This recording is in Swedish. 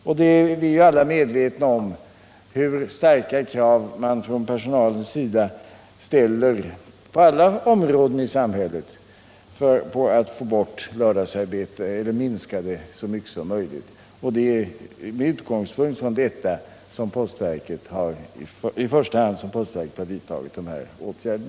Alla är medvetna om hur starka krav personalen på alla områden i samhället ställer på att få bort lördagsarbete eller minska det så 63 mycket som möjligt. Det är i första hand med utgångspunkt i detta som postverket vidtagit dessa åtgärder